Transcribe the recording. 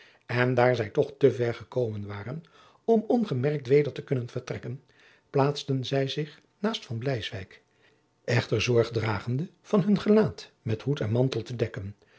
en daar zij toch te ver gekomen waren om ongemerkt weder te kunnen vertrekken plaatsten zij zich naast van bleiswyk echter zorg dragende van hun gelaat met hoed en mantel te dekken